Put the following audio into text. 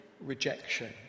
rejection